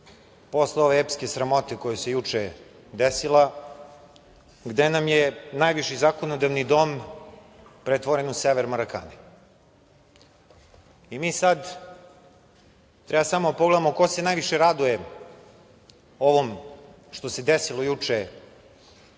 posle ove epske sramote koja se juče desilo gde nam je najviši zakonodavni dom pretvoren u „sever“ Marakane. Mi sad treba samo da pogledamo ko se najviše raduje ovom što se desilo juče